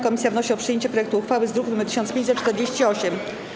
Komisja wnosi o przyjęcie projektu uchwały z druku nr 1548.